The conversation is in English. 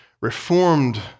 reformed